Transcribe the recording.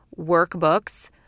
workbooks